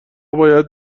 باید